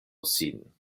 sin